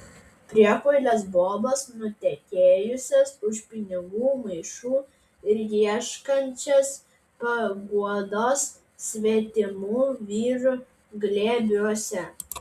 priekvailes bobas nutekėjusias už pinigų maišų ir ieškančias paguodos svetimų vyrų glėbiuose